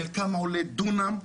של כמה עולה דונם,